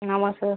ஆமாம் சார்